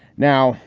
now,